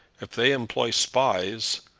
if they employ spies,